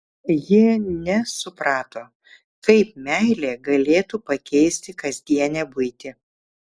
ji nesuprato kaip meilė galėtų pakeisti kasdienę buitį